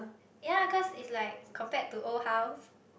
yea cause is like come back to old house